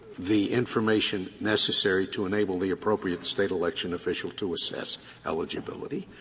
the information necessary to enable the appropriate state election official to assess eligibility,